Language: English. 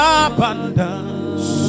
abundance